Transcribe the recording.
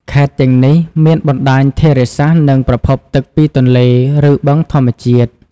ខេត្តទាំងនេះ មានបណ្តាញធារាសាស្ត្រ និងប្រភពទឹកពីទន្លេ ឬបឹងធម្មជាតិ។